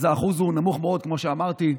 האחוז הוא נמוך מאוד, כמו שאמרתי,